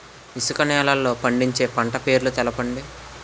ఇసుక నేలల్లో పండించే పంట పేర్లు తెలపండి?